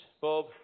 Bob